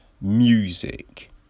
music